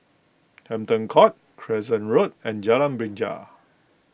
Hampton Court Crescent Road and Jalan Binja